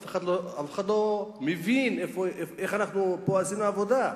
אף אחד לא מבין איך עשינו פה עבודה.